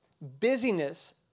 Busyness